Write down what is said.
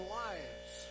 lives